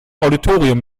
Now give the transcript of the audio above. auditorium